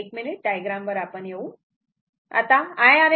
आता एक minute diagram वर आपण नंतर येऊ